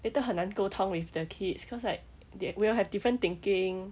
later 很难沟通 with the kids cause like they will have different thinking